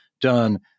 done